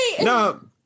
No